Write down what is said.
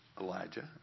Elijah